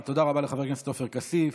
תודה רבה לחבר הכנסת עופר כסיף.